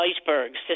Icebergs